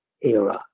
era